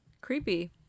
creepy